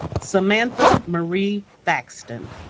samantha marie thaxton